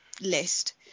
list